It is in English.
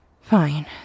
Fine